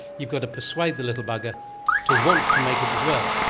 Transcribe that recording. you've got to persuade the little bugger to want to make it as well.